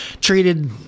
treated